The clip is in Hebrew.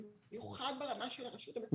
במיוחד ברמה של הרשויות המקומיות.